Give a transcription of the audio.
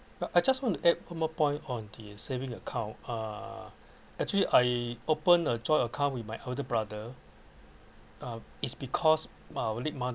but I just want to add one more point on the saving account uh actually I open a joint account with my older brother uh is because our late mother